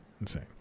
Insane